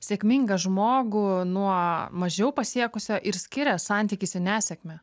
sėkmingą žmogų nuo mažiau pasiekusio ir skiria santykis į nesėkmę